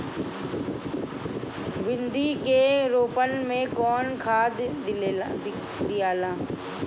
भिंदी के रोपन मे कौन खाद दियाला?